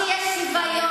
המיעוט שולט ברוב,